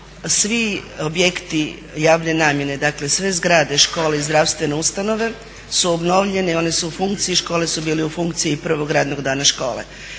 svi objekti javne namjene, dakle sve zgrade, škole, zdravstvene ustanove su obnovljene, one su u funkciji, škole su bile u funkciji i prvog radnog dana škole.